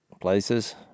places